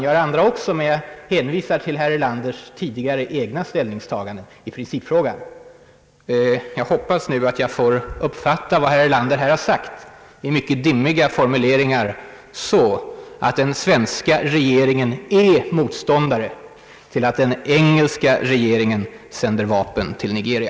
Jag har andra värderingar också, men jag hänvisar till herr Erlanders tidigare, egna ställningstaganden i principfrågan. Jag hoppas nu att jag får uppfatta vad herr Erlander här sagt — i mycket dimmiga formuleringar — så, att den svenska regeringen är motståndare till att den engelska regeringen sänder vapen till Nigeria.